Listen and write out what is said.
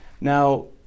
now